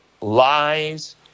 lies